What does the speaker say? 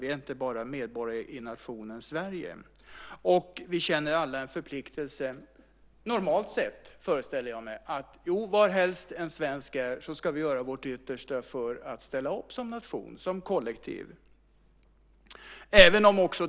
Vi är inte medborgare enbart i nationen Sverige. Vi känner alla en förpliktelse normalt sett, föreställer jag mig, att varhelst en svensk är ska vi göra vårt yttersta för att ställa upp som nation och som kollektiv.